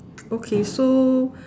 okay so